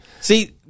See